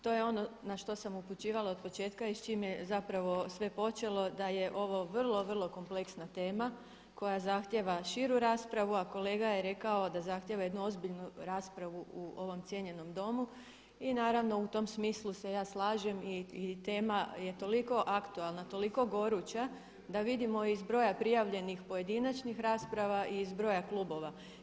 To je ono na što sam upućivala od početka i s čim je zapravo sve počelo da je ovo vrlo, vrlo kompleksna tema koja zahtjeva širu raspravu, a kolega je rekao da zahtjeva jednu ozbiljnu raspravu u ovom cijenjenom Domu i naravno u tom smislu se ja slažem i tema je toliko aktualna, toliko goruća da vidimo iz broja prijavljenih pojedinačnih rasprava i iz broja klubova.